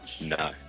No